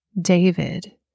David